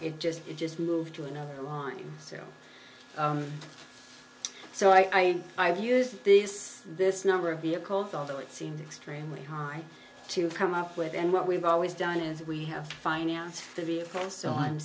it just it just moved to another line sale so i have used this this number of vehicles although it seems extremely high to come up with and what we've always done is we have financed the vehicle so i'm